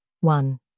One